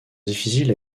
difficiles